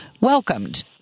welcomed